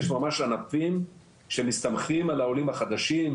יש ממש ענפים שמסתמכים על העולים החדשים,